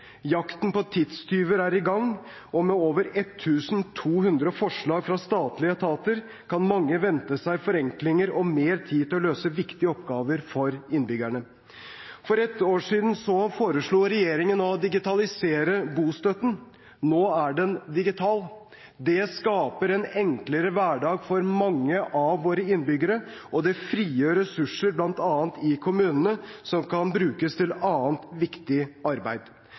Jakten på tidstyver er i gang, og med over 1 200 forslag fra statlige etater kan mange vente seg forenklinger og mer tid til å løse viktige oppgaver for innbyggerne. For et år siden foreslo regjeringen å digitalisere bostøtten. Nå er den digital. Det skaper en enklere hverdag for mange av våre innbyggere, og det frigjør ressurser, bl.a. i kommunene, som kan brukes til annet viktig arbeid.